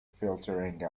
filtering